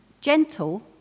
gentle